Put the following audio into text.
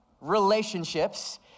Relationships